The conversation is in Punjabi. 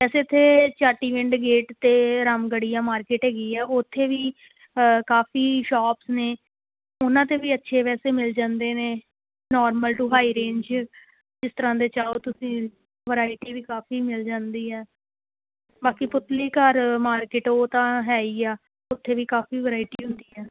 ਵੈਸੇ ਇੱਥੇ ਚਾਟੀਵਿੰਡ ਗੇਟ 'ਤੇ ਰਾਮਗੜੀਆ ਮਾਰਕੀਟ ਹੈਗੀ ਆ ਉੱਥੇ ਵੀ ਕਾਫੀ ਸ਼ੋਪਸ ਨੇ ਉਹਨਾਂ 'ਤੇ ਵੀ ਅੱਛੇ ਵੈਸੇ ਮਿਲ ਜਾਂਦੇ ਨੇ ਨੋਰਮਲ ਟੂ ਹਾਈ ਰੇਂਜ ਜਿਸ ਤਰ੍ਹਾਂ ਦੇ ਚਾਹੋ ਤੁਸੀਂ ਵਰਾਈਟੀ ਵੀ ਕਾਫੀ ਮਿਲ ਜਾਂਦੀ ਹੈ ਬਾਕੀ ਪੁਤਲੀ ਘਰ ਮਾਰਕੀਟ ਉਹ ਤਾਂ ਹੈ ਹੀ ਆ ਉੱਥੇ ਵੀ ਕਾਫੀ ਵਰਾਇਟੀ ਹੁੰਦੀ ਹੈ